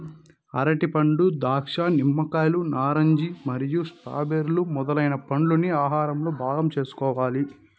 అరటిపండ్లు, ద్రాక్ష, నిమ్మకాయలు, నారింజ మరియు స్ట్రాబెర్రీ మొదలైన పండ్లను ఆహారంలో భాగం చేసుకోవాలి